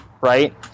right